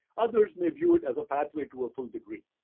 others may view it as a pathway to a full degree.